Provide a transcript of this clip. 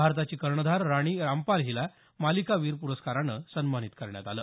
भारताची कर्णधार राणी रामपाल हिला मालिकावीर पुरस्कारानं सन्मानित करण्यात आलं